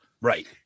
Right